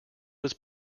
was